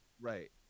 right